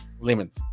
lemons